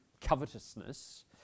covetousness